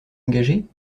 engagée